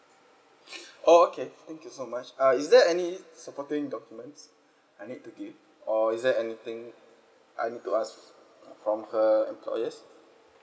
oh okay thank you so much uh is there any supporting documents I need to give or is there anything I need to ask from her enquires